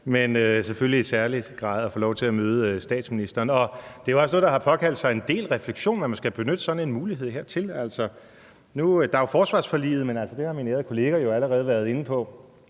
er selvfølgelig i særlig grad en ære at få lov til at møde statsministeren. Det er også noget, der har påkaldt sig en del refleksion, at man skal benytte sådan en mulighed hertil. Der er jo forsvarsforliget, men altså, det har min ærede kollega jo allerede været inde på,